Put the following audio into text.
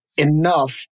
enough